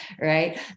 right